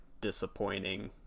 disappointing